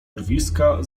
urwiska